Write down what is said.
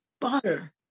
butter